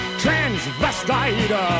transvestite